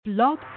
Blog